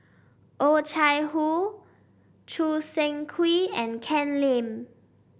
Oh Chai Hoo Choo Seng Quee and Ken Lim